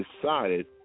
decided